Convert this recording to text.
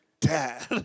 dad